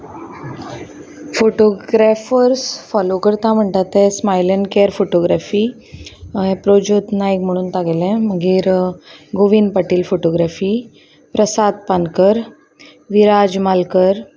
photographers follow करता म्हणटा ते स्मायल एड कॅर फोटोग्रेफी प्रज्योत नायक म्हणून तागेलें मागीर गोविंद पाटील फोटोग्रेफी प्रसाद पानकर विराज मालकर